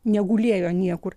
negulėjo niekur